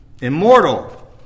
Immortal